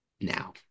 now